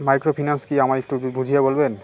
Microfinance কি আমায় একটু বুঝিয়ে বলবেন?